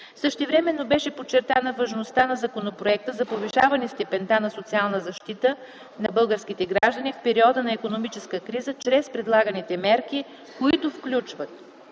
Същевременно беше подчертана важността на законопроекта за повишаване степента на социална защита на българските граждани в периода на икономическа криза чрез предлаганите мерки, които включват: